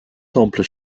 temple